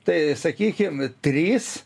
tai sakykim trys